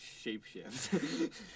shapeshift